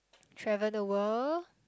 travel the world